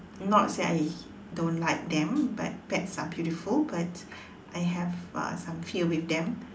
not say I don't like them but pets are beautiful but I have uh some fear with them